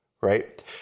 Right